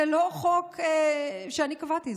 זה לא חוק שאני קבעתי,